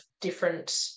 different